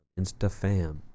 InstaFam